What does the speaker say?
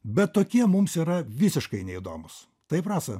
bet tokie mums yra visiškai neįdomūs taip rasa